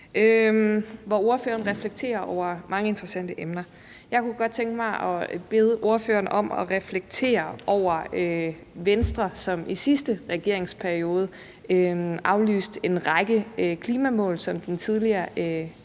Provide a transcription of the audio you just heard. hvor ordføreren reflekterer over mange interessante emner. Jeg kunne godt tænke mig at bede ordføreren om at reflektere over Venstre, som i sidste regeringsperiode aflyste en række klimamål, som den tidligere